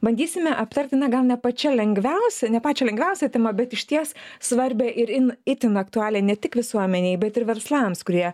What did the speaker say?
bandysime aptarti na gal ne pačia lengviausia ne pačią lengviausią temą bet išties svarbią ir in itin aktualią ne tik visuomenei bet ir verslams kurie